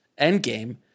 Endgame